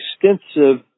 extensive